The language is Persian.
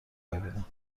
ببینم